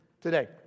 today